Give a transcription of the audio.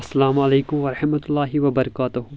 السلامُ علیکم السلام ورحمۃ اللہ وبرکاتہُ